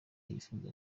yifuza